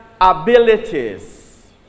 abilities